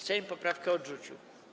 Sejm poprawkę odrzucił.